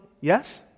Yes